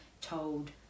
told